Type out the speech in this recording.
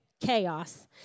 Chaos